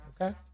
Okay